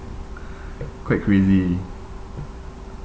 quite crazy